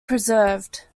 preserved